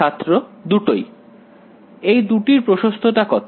ছাত্র দুটোই এই দুটির প্রশস্ততা কত